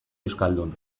euskaldun